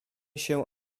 się